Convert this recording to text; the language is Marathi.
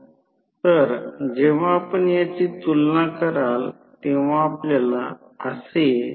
म्हणून म्हणूनच जेव्हा जेव्हा या प्रकरणात असे काही असते तेव्हा असे होईल